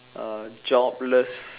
uh jobless